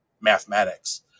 mathematics